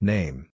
Name